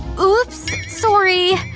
oops. sorry.